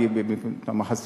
כי גם החסינות,